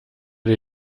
der